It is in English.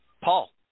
Paul